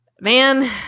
man